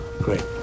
Great